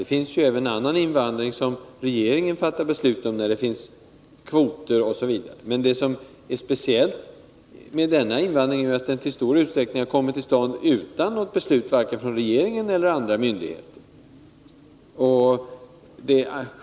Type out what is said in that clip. Det finns ju även annan invandring, som regeringen fattat beslut om genom kvoter osv., men vad som är speciellt med denna invandring är ju att den i stor utsträckning har kommit till stånd utan något beslut vare sig av regeringen eller av några andra myndigheter.